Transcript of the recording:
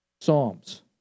psalms